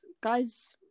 guys